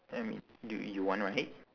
I mean do you want right